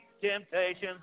temptations